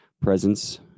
presence